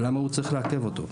למה הוא צריך לעכב אותו?